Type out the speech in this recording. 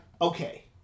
okay